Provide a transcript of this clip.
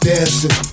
Dancing